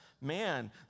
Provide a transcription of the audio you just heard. man